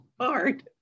hard